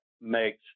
makes